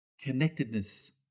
connectedness